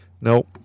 nope